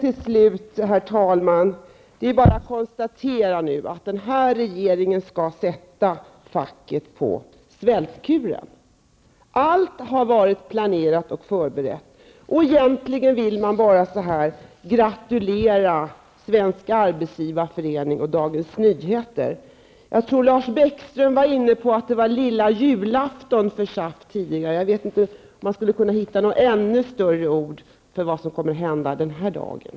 Till slut, herr talman, är det bara att konstatera att den här regeringen skall sätta facket på svältkur. Allt har varit planerat och förberett. Egentligen kan man bara gratulera Svenska arbetsgivareföreningen och Dagens Nyheter. Jag tror det var Lars Bäckström som nämnde tidigare att det var lilla julafton för SAF. Man skulle kanske hitta ännu större ord för vad som kommer att hända den här dagen.